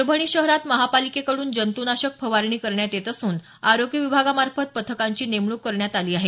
परभणी शहरात महापालिकेकडून जंतुनाशक फवारणी करण्यात येत असून आरोग्य विभागामार्फत पथकांची नेमणूक करण्यात आली आहे